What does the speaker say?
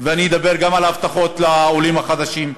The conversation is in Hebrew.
ואני אדבר גם על ההבטחות לעולים החדשים,